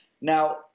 Now